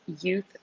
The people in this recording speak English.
youth